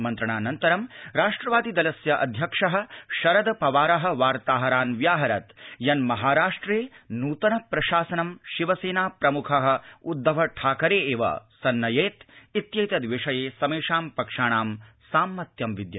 मन्त्रणाऽनन्तरं राष्ट्रवादि दलस्याध्यक्ष शरद पवार वार्ताहरान् व्याहरत् यत् महाराष्ट्रे नृतन प्रशासनं शिव सेना प्रमुख उद्धव ठाकरे एव संनयेत् वितद विषये समेषां पक्षाणां सांमत्यं विद्यते